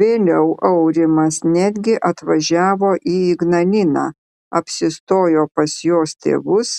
vėliau aurimas netgi atvažiavo į ignaliną apsistojo pas jos tėvus